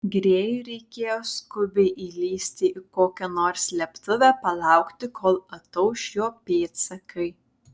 grėjui reikėjo skubiai įlįsti į kokią nors slėptuvę palaukti kol atauš jo pėdsakai